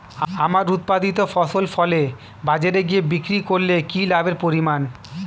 আমার উৎপাদিত ফসল ফলে বাজারে গিয়ে বিক্রি করলে কি লাভের পরিমাণ?